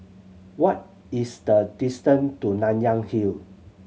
what is the distance to Nanyang Hill